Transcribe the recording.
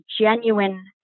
genuine